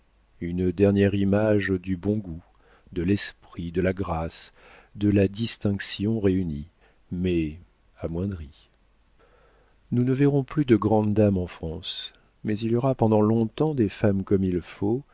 une dernière image du bon goût de l'esprit de la grâce de la distinction réunis mais amoindris nous ne verrons plus de grandes dames en france mais il y aura pendant longtemps des femmes comme il faut